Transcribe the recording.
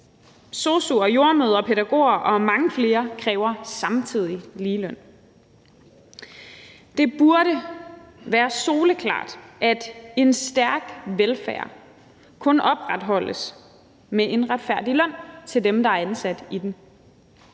Sosu'er, jordemødre, pædagoger og mange flere kræver samtidig ligeløn. Det burde være soleklart, at et stærkt velfærdssystem kun opretholdes med en retfærdig løn til dem, der er ansat i det.